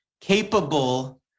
capable